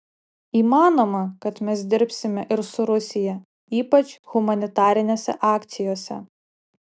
įmanoma kad mes dirbsime ir su rusija ypač humanitarinėse akcijose